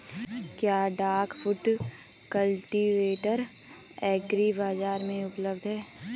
क्या duck foot cultivator agri बाज़ार में उपलब्ध है?